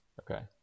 Okay